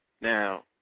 Now